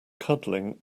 cuddling